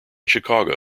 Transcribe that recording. chicago